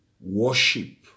worship